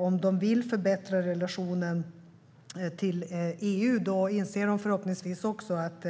Om de vill förbättra relationen till EU inser de förhoppningsvis att